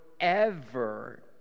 forever